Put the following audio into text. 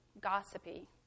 gossipy